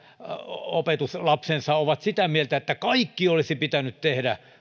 opetuslapsensa ovat sitä mieltä että kaikki olisi pitänyt tehdä